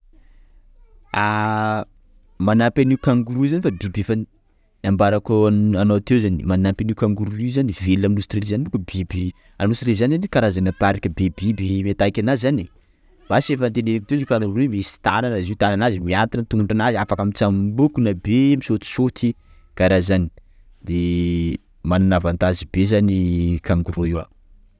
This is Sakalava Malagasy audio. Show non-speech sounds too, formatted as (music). (hesitation) Manampy an'io Kangourou io zany fa biby efa nambarako anao teo manampy an'io Kangoroa io zany, velona aminy Aostralia zany monka biby, a Aostralia zany anie karazana parque be biby mi attaque anazy ai, basy efa niteneniko teo hoe misy tanana izy io, tanana nazy miantona, tongotra nazy afaka mitsambokina be misaotisaoty karah zany, de manana avantage be zany kangoroa io.